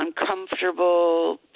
uncomfortable